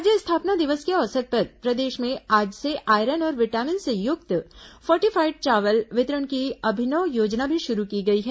राज्य स्थापना दिवस के अवसर पर प्रदेश में आज से आयरन और विटामिन से युक्त फोर्टिफाइड चावल वितरण की अभिनव योजना भी शुरू की गई है